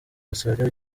australia